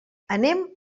anem